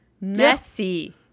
messy